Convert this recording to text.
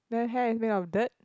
then hair is made of dirt